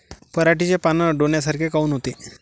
पराटीचे पानं डोन्यासारखे काऊन होते?